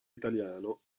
italiano